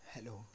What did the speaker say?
Hello